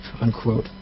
Unquote